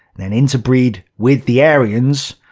then interbreed with the aryans,